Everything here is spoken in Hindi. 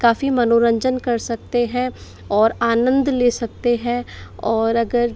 काफ़ी मनोरंजन कर सकते हैं और आनंद ले सकते हैं और अगर